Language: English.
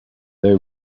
they